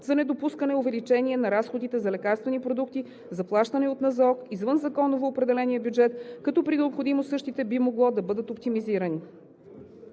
за недопускане увеличение на разходите за лекарствени продукти, заплащани от НЗОК извън законово определения бюджет, като при необходимост същите би могло да бъдат оптимизирани.